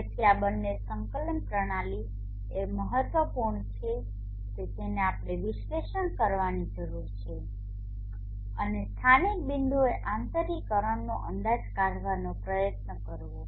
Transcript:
તેથી આ બંને સંકલન પ્રણાલી એ મહત્વપૂર્ણ છે કે જેને આપણે વિશ્લેષણ કરવાની જરૂર છે અને સ્થાનિક બિંદુએ આંતરીકરણનો અંદાજ કાઢવાનો પ્રયત્ન કરવો